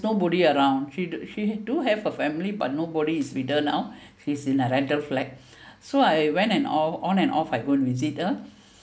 nobody around she she do have a family but nobody is with her now she's in a rental flat so I went and or on and off I go and visit her